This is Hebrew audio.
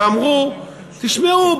ואמרו: תשמעו,